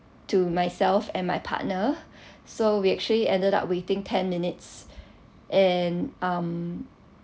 to myself and my partner so we actually ended up waiting ten minutes and um